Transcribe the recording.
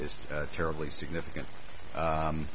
is terribly significant